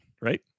right